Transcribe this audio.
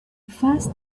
first